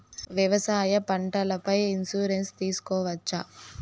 వ్యవసాయ పంటల పై ఇన్సూరెన్సు తీసుకోవచ్చా?